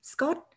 Scott